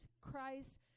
Christ